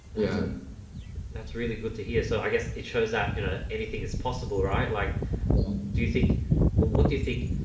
yeah that's really good to hear. so i guess it shows that you know, anything is possible right? like do you think what do you think?